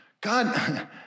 God